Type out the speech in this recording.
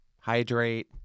Hydrate